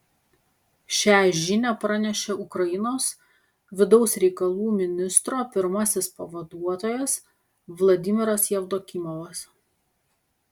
šią žinią pranešė ukrainos vidaus reikalų ministro pirmasis pavaduotojas vladimiras jevdokimovas